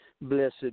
blessed